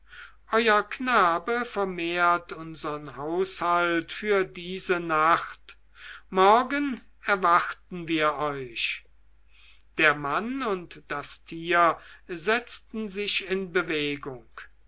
euer knabe vermehrt unsern haushalt für diese nacht morgen erwarten wir euch der mann und das tier setzten sich in bewegung